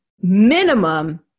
Minimum